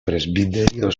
presbiterio